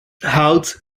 hout